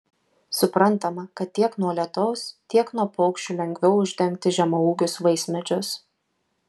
suprantama kad tiek nuo lietaus tiek nuo paukščių lengviau uždengti žemaūgius vaismedžius